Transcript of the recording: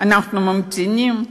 אנחנו ממתינים.